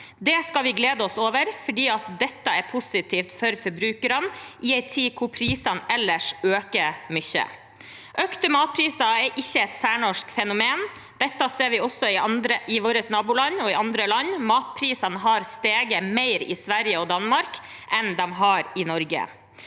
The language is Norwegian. Det skal vi glede oss over, for dette er positivt for forbrukerne i en tid hvor prisene ellers øker mye. Økte matpriser er ikke et særnorsk fenomen. Dette ser vi også i våre naboland og i andre land. Matprisene har steget mer i Sverige og Danmark enn de har gjort